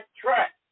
track